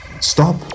stop